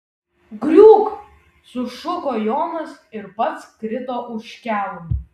griūk sušuko jonas ir pats krito už kelmo